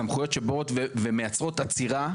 הסמכויות שבאות ומייצרות עצירה,